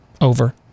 over